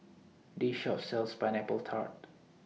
This Shop sells Pineapple Tart